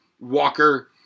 Walker